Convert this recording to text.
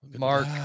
mark